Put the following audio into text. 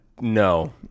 no